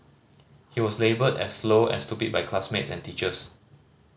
he was labelled as slow and stupid by classmates and teachers